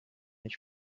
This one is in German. ich